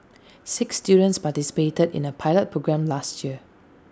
six students participated in A pilot programme last year